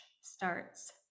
starts